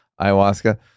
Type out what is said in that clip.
ayahuasca